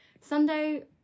Sunday